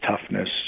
toughness